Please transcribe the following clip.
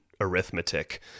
arithmetic